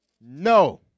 no